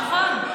נכון.